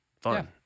fun